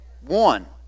One